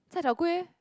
cai-tao-kway